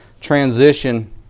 transition